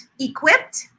equipped